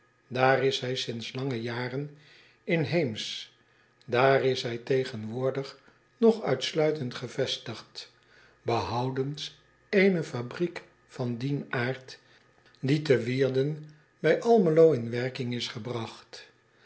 aar is zij sints lange jaren inheemsch daar is zij tegenwoordig nog uitsluitend gevestigd behoudens ééne fabriek van dien aard die te ierden bij lmelo in werking is gebragt